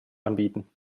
anbieten